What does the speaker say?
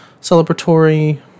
celebratory